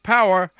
Power